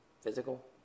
physical